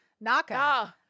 Naka